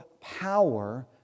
power